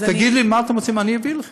תגידו לי מה אתם רוצים, אני אביא לכם.